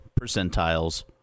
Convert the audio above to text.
percentiles